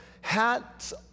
hats